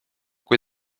kui